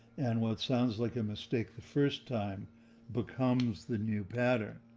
and what sounds like a mistake the first time becomes the new pattern.